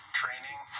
training